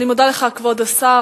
אני מודה לך, כבוד השר.